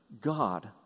God